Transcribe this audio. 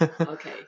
okay